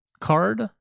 card